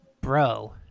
Bro